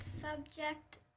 subject